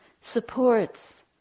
supports